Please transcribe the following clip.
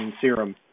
serum